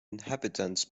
inhabitants